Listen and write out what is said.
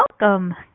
Welcome